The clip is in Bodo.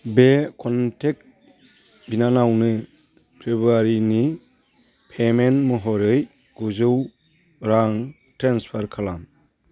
बे कनटेक्ट बिनानावनो फ्रेबुवारिनि पेमेन्ट महरै गुजौ रां ट्रेन्सफार खालाम